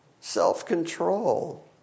Self-control